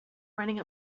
running